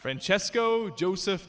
francesco joseph